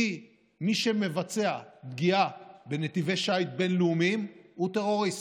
כי מי שמבצע פגיעה בנתיבי שיט בין-לאומיים הוא טרוריסט.